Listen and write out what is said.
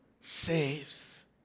saves